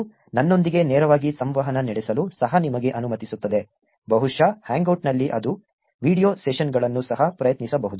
ಇದು ನನ್ನೊಂದಿಗೆ ನೇರವಾಗಿ ಸಂವಹನ ನಡೆಸಲು ಸಹ ನಿಮಗೆ ಅನುಮತಿಸುತ್ತದೆ ಬಹುಶಃ hangout ನಲ್ಲಿ ಅದು ವೀಡಿಯೊ ಸೆಷನ್ಗಳನ್ನು ಸಹ ಪ್ರಯತ್ನಿಸಬಹುದು